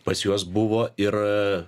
pas juos buvo ir